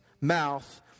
mouth